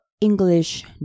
English